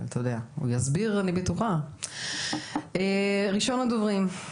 אז ראשון הדוברים הוא